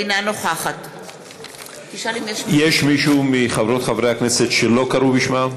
אינה נוכחת יש מישהו מחברי וחברות הכנסת שלא קראו בשמם?